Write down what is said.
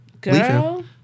Girl